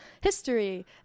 history